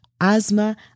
asthma